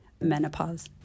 menopause